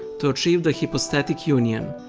to achieve the hypostatic union.